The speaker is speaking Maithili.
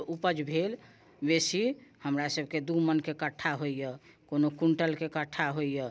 उपज भेल बेसी हमरा सभकेँ दू मनके कठ्ठा होइया कोनो क्विण्टलके कठ्ठा होइया